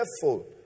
careful